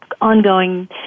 ongoing